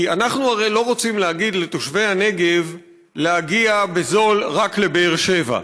כי אנחנו הרי לא רוצים להגיד לתושבי הנגב להגיע בזול רק לבאר שבע,